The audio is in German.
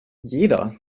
jeder